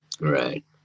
Right